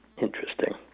interesting